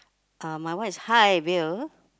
uh my one is high wheel